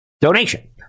donation